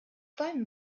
bäumen